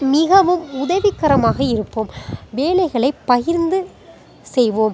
மிகவும் உதவிகரமாக இருப்போம் வேலைகளை பகிர்ந்து செய்வோம்